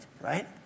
right